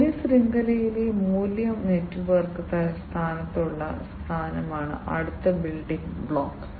മൂല്യ ശൃംഖലയിലെ മൂല്യ നെറ്റ്വർക്ക് സ്ഥാനത്തുള്ള സ്ഥാനമാണ് അടുത്ത ബിൽഡിംഗ് ബ്ലോക്ക്